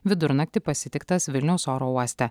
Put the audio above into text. vidurnaktį pasitiktas vilniaus oro uoste